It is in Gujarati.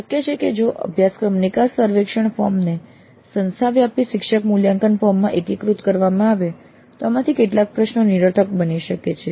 શક્ય છે કે જો અભ્યાસક્રમ નિકાસ સર્વેક્ષણ ફોર્મ ને સંસ્થા વ્યાપી શિક્ષક મૂલ્યાંકન ફોર્મ માં એકીકૃત કરવામાં આવે તો આમાંથી કેટલાક પ્રશ્નો નિરર્થક બની શકે છે